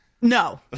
No